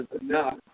enough